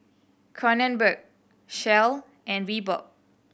Kronenbourg Shell and Reebok